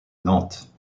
nantes